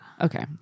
Okay